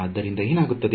ಆದ್ದರಿಂದ ಏನಾಗುತ್ತದೆ